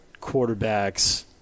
quarterbacks